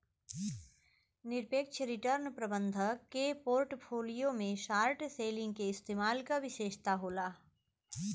निरपेक्ष रिटर्न प्रबंधक के पोर्टफोलियो में शॉर्ट सेलिंग के इस्तेमाल क विशेषता होला